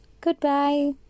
Goodbye